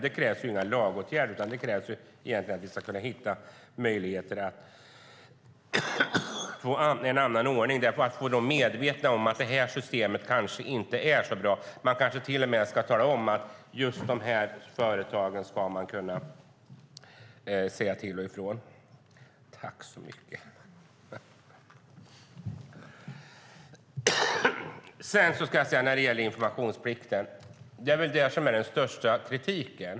Det krävs det inga lagåtgärder för, utan det krävs att vi hittar möjligheter till en annan ordning för att få dem medvetna om att detta system kanske inte är så bra. Man kanske till och med ska kunna säga ifrån till vissa företag. Den största kritiken gäller väl informationsplikten.